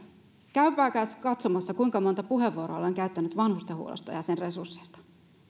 käykääpäs katsomassa kuinka monta puheenvuoroa olen käyttänyt vanhustenhuollosta ja sen resursseista